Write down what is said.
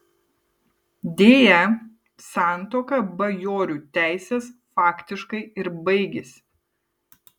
deja santuoka bajorių teisės faktiškai ir baigėsi